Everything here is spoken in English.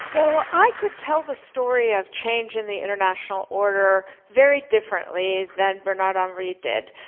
so, i could tell the story of change in the international order very differently than bernard-henri did,